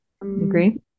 agree